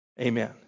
Amen